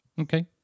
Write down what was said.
Okay